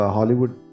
Hollywood